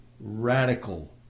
radical